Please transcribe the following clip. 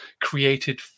created